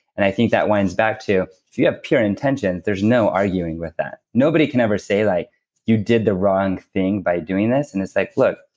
and i think that goes back to, if you have pure intentions there's no arguing with that. nobody can ever say like you did the wrong thing by doing this, and it's like, look,